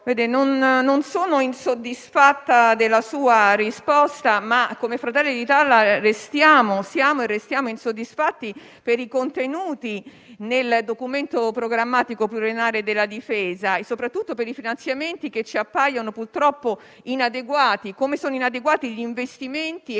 non sono insoddisfatta della sua risposta, ma come Fratelli d'Italia siamo e restiamo insoddisfatti per i contenuti del Documento programmatico pluriennale della difesa e soprattutto per i finanziamenti, che ci appaiono purtroppo inadeguati, come sono inadeguati gli investimenti e - com'è